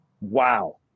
Wow